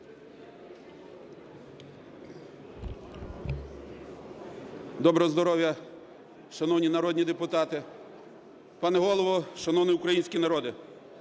Доброго здоров'я, шановні народні депутати! Пане Голово, шановний український народе!